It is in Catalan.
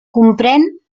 comprèn